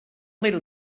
little